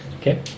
Okay